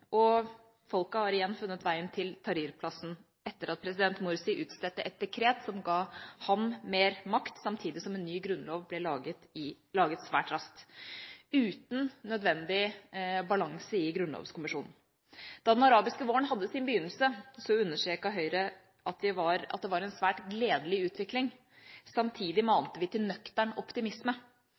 har igjen funnet veien til Tahrir-plassen etter at president Morsi utstedte et dekret som ga ham mer makt samtidig som en ny grunnlov ble laget svært raskt, uten nødvendig balanse i grunnlovskommisjonen. Da den arabiske våren hadde sin begynnelse, understreket Høyre at det var en svært gledelig utvikling. Samtidig mante vi til nøktern optimisme.